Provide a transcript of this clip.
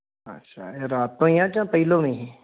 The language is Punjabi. ਅੱਛਾ ਇਹ ਰਾਤ ਤੋਂ ਹੀ ਹੈ ਜਾਂ ਪਹਿਲਾਂ ਵੀ ਸੀ